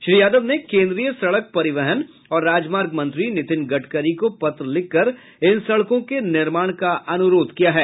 श्री यादव ने केन्द्रीय सड़क परिवहन और राजमार्ग मंत्री नीतिन गडकरी को पत्र लिखकर इन सड़कों के निर्माण का अनुरोध किया है